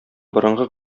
борынгы